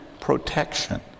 protection